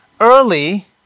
early